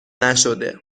نشده